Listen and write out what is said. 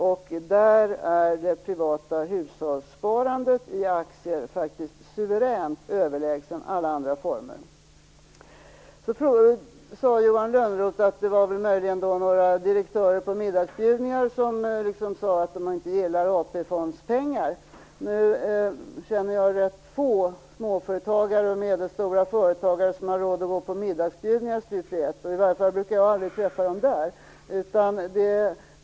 I det fallet är det privata hushållssparandet i aktier faktiskt suveränt överlägsen alla andra former. Johan Lönnroth sade att det möjligen var några direktörer på middagsbjudningar som sade att de inte gillar AP-fondspengar. Jag känner rätt få småföretagare och företagare med medelstora företag som har råd att gå på middagsbjudningar stup i ett. Jag brukar i alla fall aldrig träffa dem där.